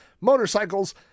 motorcycles